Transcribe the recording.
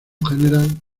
general